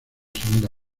segunda